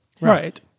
Right